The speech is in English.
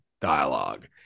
dialogue